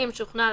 אם שוכנע,